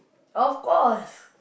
of course